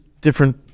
different